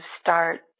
start